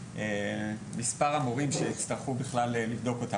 למספר המורים שיצטרכו בכלל לבדוק אותם.